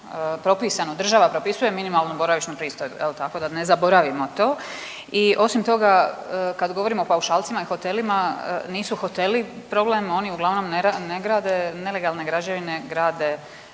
država propisuje minimalnu boravišnu pristojbu jel tako, da ne zaboravimo to. I osim toga kad govorimo o paušalcima i hotelima, nisu hoteli problem oni uglavnom ne grade nelegalne građevine, grade